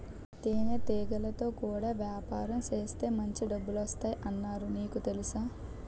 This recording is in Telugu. తేనెటీగలతో కూడా యాపారం సేత్తే మాంచి డబ్బులొత్తాయ్ అన్నారు నీకు తెలుసా?